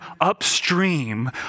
upstream